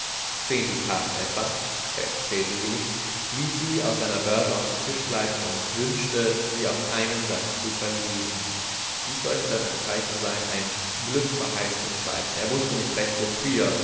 zehn dukaten etwa er zählte sie nicht ließ sie aus seiner börse auf den tisch gleiten und wünschte sie auf einen satz zu verlieren dies sollte dann ein zeichen sein ein glückverheißendes zeichen er wußte nicht recht wofür